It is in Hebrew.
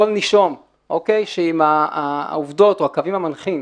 כל נישום שעם העובדות או הקווים המנחים